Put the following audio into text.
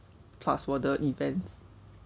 plus 我的 events